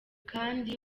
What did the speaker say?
kandi